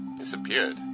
Disappeared